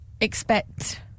expect